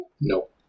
Nope